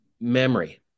memory